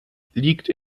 liegt